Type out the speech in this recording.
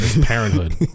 parenthood